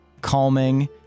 calming